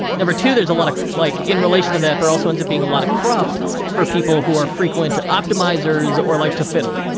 number two, there's a lotta, like, in relation to that, there also ends up being a lotta cruft for people who are frequent optimizers or like to fiddle.